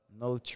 no